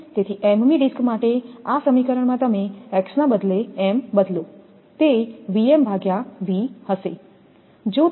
તેથી m મી disk માટે આ સમીકરણમાં તમે x ના બદલે m બદલો તે Vm ભાગ્યા V હશે